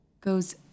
goes